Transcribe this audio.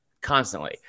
Constantly